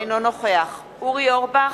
אינו נוכח אורי אורבך,